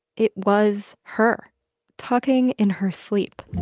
it was her talking in her sleep